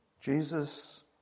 Jesus